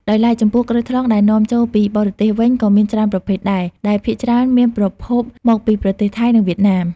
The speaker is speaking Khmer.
ដោយឡែក ចំពោះក្រូចថ្លុងដែលនាំចូលពីបរទេសវិញក៏មានច្រើនប្រភេទដែរ ដែលភាគច្រើនមានប្រភពមកពីប្រទេសថៃ និងវៀតណាម។